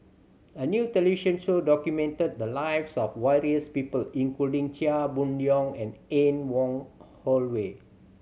a new television show documented the lives of various people including Chia Boon Leong and Anne Wong Holloway